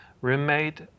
roommate